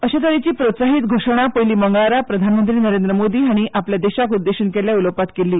अशे तरेची प्रोत्साहीत घोशणा पयली मंगळारा प्रधानमंत्री नरेंद्र मोदी हांणी आपल्या देशाक उद्देशून केल्ल्या उलोवपांत केल्ली